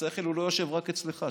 השכל לא יושב רק אצלך,